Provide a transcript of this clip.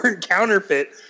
counterfeit